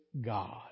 God